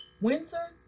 winter